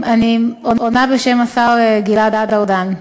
אני עונה בשם השר גלעד ארדן: